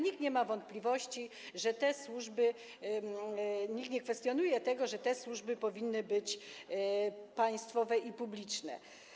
Nikt nie ma wątpliwości, nikt nie kwestionuje tego, że te służby powinny być państwowe i publiczne.